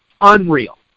unreal